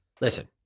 listen